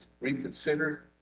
reconsidered